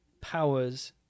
powers